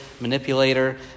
manipulator